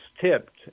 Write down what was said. tipped